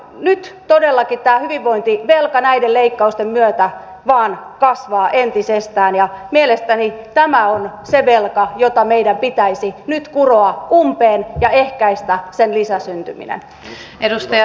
nyt todellakin tämä hyvinvointivelka näiden leikkausten myötä vain kasvaa entisestään ja mielestäni tämä on se velka jota meidän pitäisi nyt kuroa umpeen ja pitäisi ehkäistä sen lisäsyntyminen